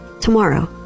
tomorrow